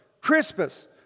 Crispus